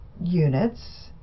units